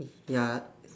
ya